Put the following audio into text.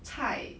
菜